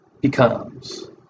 becomes